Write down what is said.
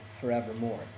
forevermore